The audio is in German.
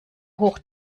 hoch